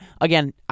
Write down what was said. again